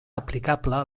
aplicable